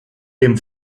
dem